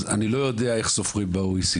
אז אני לא יודע איך סופרים ב-OECD,